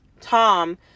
Tom